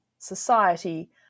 society